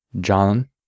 John